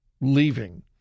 leaving